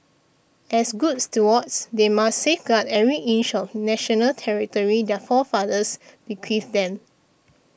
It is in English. as good stewards they must safeguard every inch of national territory their forefathers bequeathed them